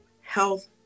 health